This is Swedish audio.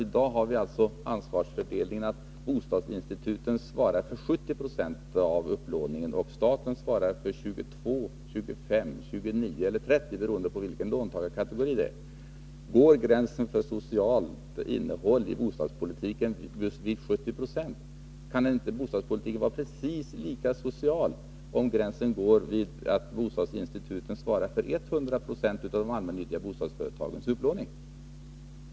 I dag har vi den ansvarsfördelningen att bostadsinstituten svarar för 70 70 av upplåningen, och staten svarar för 22, 25, 29 eller 30 20, beroende på vilken låntagarkategori det gäller. Då är gränsen för socialt innehåll i bostadspolitiken 70 96. Kan inte bostadspolitiken vara precis lika social om gränsen för vad bostadsinstitutet svarar för är 100 96 av de allmännyttiga bostadsföretagens utlåning?